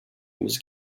was